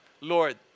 Lord